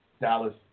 Dallas